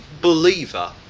believer